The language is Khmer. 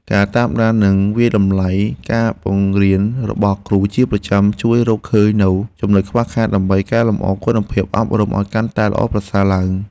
ការតាមដាននិងវាយតម្លៃការបង្រៀនរបស់គ្រូជាប្រចាំ ជួយរកឃើញនូវចំណុចខ្វះខាតដើម្បីកែលម្អគុណភាពអប់រំឱ្យកាន់តែល្អប្រសើរឡើង។